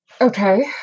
Okay